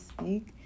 speak